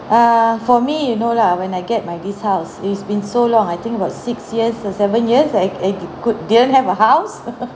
err for me you know lah when I get my this house it's been so long I think about six years or seven years I I could didn't have a house